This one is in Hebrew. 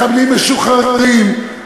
מחבלים משוחררים,